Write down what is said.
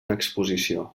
exposició